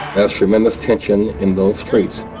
there's tremendous tension in those streets.